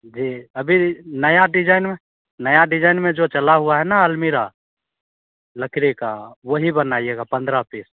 जी अभी नया डिजाइन में नया डिजाइन में जो चला हुआ है न अलमीरा लकड़ी का वही बनाइएगा पंद्रह पीस